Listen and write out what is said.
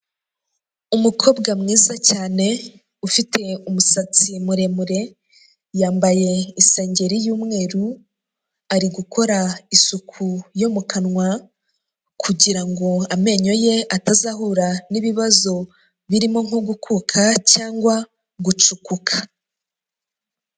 Umukobwa mwiza cyane, ufite umusatsi muremure, yambaye isengeri y'umweru, ari gukora isuku yo mu kanwa, kugira ngo amenyo ye atazahura n'ibibazo birimo nko gukuka cyangwa gucukuka.